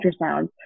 ultrasounds